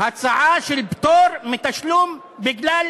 הצעה של פטור מתשלום בגלל